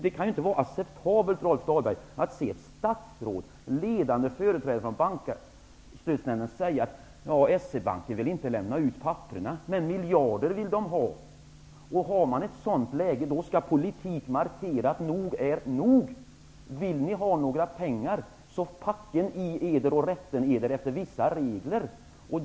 Det kan ju inte vara acceptabelt, Rolf Dahlberg, att ett statsråd eller ledande företrädare i Bankstödsnämnden säger att S-E-Banken inte vill lämna ut papperen, men miljarder vill de ha. I ett sådant läge skall politiken markera att nog är nog -- vill ni ha några pengar så packen i eder och rätten eder efter vissa regler.